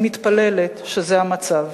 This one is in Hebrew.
אני מתפללת שזה המצב.